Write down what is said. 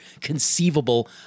conceivable